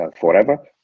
forever